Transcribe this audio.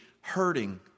hurting